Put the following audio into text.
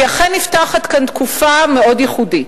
כי אכן נפתחת כאן תקופה מאוד ייחודית.